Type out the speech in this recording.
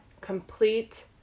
complete